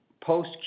Post